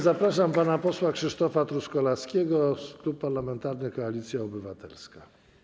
Zapraszam pana posła Krzysztofa Truskolaskiego, Klub Parlamentarny Koalicja Obywatelska.